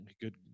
Good